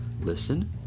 listen